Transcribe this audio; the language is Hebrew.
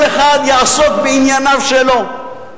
כל אחד יעסוק בענייניו שלו,